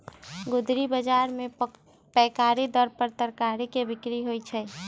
गुदरी बजार में पैकारी दर पर तरकारी के बिक्रि होइ छइ